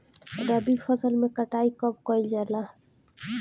रबी फसल मे कटाई कब कइल जाला?